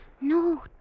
No